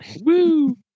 Woo